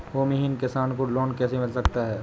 भूमिहीन किसान को लोन कैसे मिल सकता है?